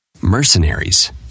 mercenaries